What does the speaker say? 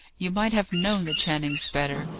you might have known the channings better.